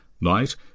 night